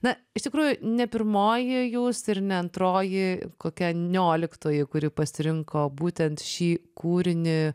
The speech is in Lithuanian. na iš tikrųjų ne pirmoji jūs ir ne antroji kokia nioliktoji kuri pasirinko būtent šį kūrinį